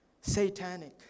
satanic